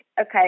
Okay